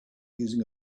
using